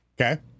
Okay